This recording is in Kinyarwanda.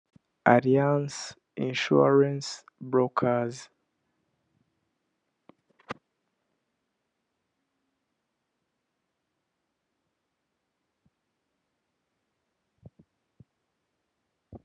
Ariyanse Inshuwarense burikazi.